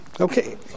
okay